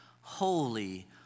holy